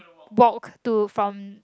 walk to from